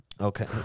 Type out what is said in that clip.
Okay